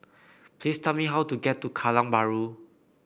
please tell me how to get to Kallang Bahru